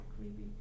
creepy